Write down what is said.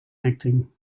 acting